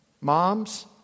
Moms